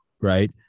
Right